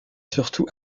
surtout